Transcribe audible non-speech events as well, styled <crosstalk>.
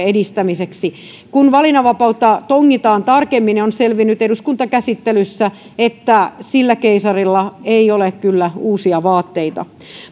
<unintelligible> edistämiseksi kun valinnanvapautta tongitaan tarkemmin on selvinnyt eduskuntakäsittelyssä että sillä keisarilla ei ole kyllä uusia vaatteita